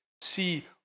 see